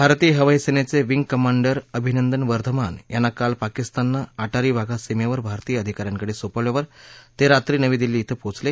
भारतीय हवाई सेनेचे विंग कमांडर अभिनंदन वर्धमान यांना काल पाकिस्ताननं अटारी वाघा सीमेवर भारतीय अधिकाऱ्यांकडे सोपवल्यावर ते रात्री नवी दिल्ली इथं पोहचले